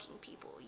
people